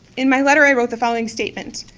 in my letter i wrote the following statement,